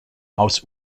aus